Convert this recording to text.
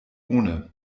ohne